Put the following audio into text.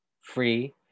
free